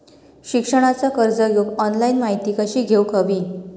शिक्षणाचा कर्ज घेऊक ऑनलाइन माहिती कशी घेऊक हवी?